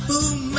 Boom